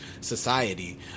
society